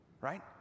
right